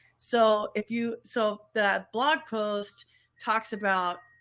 so if you, so that blog post talks about,